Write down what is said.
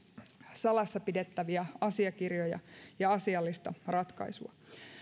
salassa pidettäviä asiakirjoja ja asiallista ratkaisua